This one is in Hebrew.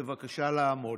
בבקשה לעמוד.